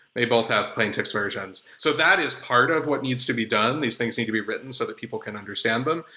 they both have plain text versions. so that is a part of what needs to be done. these things need to be written so that people can understand them.